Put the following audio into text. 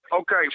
Okay